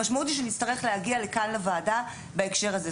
המשמעות היא שנצטרך להגיע לכאן לוועדה בהקשר הזה.